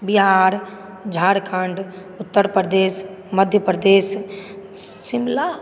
Bihar Jharkhand Uttar Pradesh Madhya Pradesh Shimla